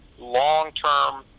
long-term